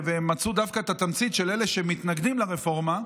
והם דווקא מצאו את התמצית של אלה שמתנגדים לרפורמה.